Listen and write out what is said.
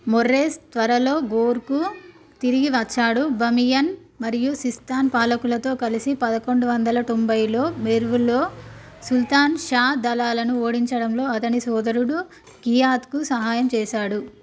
మొర్రేస్ త్వరలో ఘోర్కు తిరిగి వచ్చాడు బమియన్ మరియు సిస్తాన్ పాలకులతో కలిసి పదకొండు వందల తొంభైలో మెర్వ్లో సుల్తాన్ షా దళాలను ఓడించడంలో అతని సోదరుడు ఘియాత్కు సహాయం చేశాడు